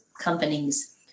companies